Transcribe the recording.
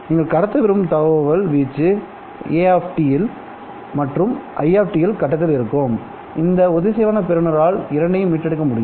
நீங்கள் கடத்த விரும்பும் தகவல் வீச்சு A இல் மற்றும் I கட்டத்தில் இருக்கும் இந்த ஒத்திசைவான பெறுநரால் இரண்டையும் மீட்டெடுக்க முடியும்